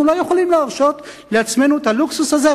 אנחנו לא יכולים להרשות לעצמנו את הלוקסוס הזה,